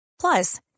Plus